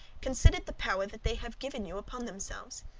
considered the power that they have given you upon themselves.